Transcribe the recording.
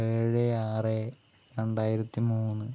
ഏഴ് ആറ് രണ്ടായിരത്തി മൂന്ന്